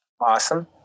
Awesome